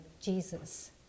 Jesus